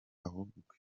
ahubwo